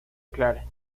clare